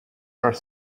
are